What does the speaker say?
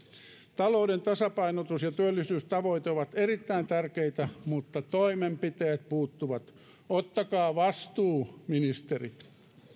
talouden tasapainotus ja työllisyystavoite ovat erittäin tärkeitä mutta toimenpiteet puuttuvat ottakaa vastuu ministerit